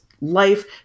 life